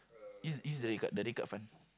use use the red card the red card fun